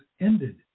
ended